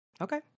Okay